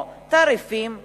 את הסעיפים המהותיים של החוזה,